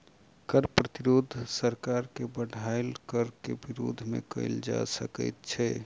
कर प्रतिरोध सरकार के बढ़ायल कर के विरोध मे कयल जा सकैत छै